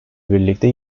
birlikte